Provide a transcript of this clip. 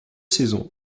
saisons